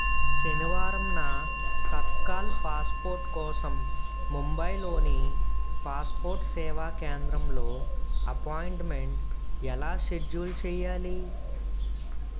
శనివారంన Tatkal passport కోసం ముంబైలోని passport సేవా కేంద్రంలో అపాయింట్మెంట్ ఎలా షెడ్యూల్ చెయ్యాలి